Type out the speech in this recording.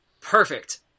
Perfect